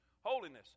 holiness